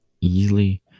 easily